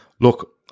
look